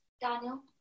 Daniel